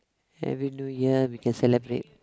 Happy New Year we can celebrate